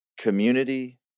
community